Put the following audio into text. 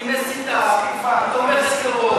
היא מסיתה, תומכת טרור.